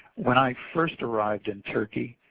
when i first arrived in turkey,